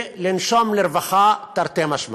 ולנשום לרווחה, תרתי משמע.